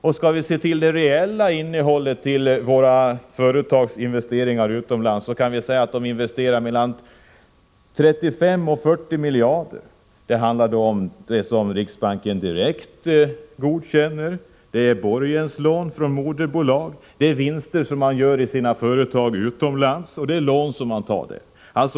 Om vi ser till det reella innehållet i våra företags investeringar utomlands, finner vi att investeringarna uppgår till mellan 35 och 40 miljarder. Det är då sådant som riksbanken direkt godkänner. Det gäller borgenslån från moderbolagen, vinster som man gör i sina företag utomlands och lån som man tar upp där.